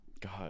god